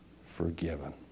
forgiven